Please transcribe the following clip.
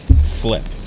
Flip